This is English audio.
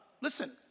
listen